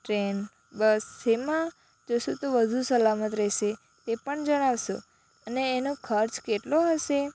train bus શેમાં બેસું તો વધુ સલામત રહેશે તે પણ જણાવશો અને એનો ખર્ચ કેટલો હશે